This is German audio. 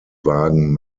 wagen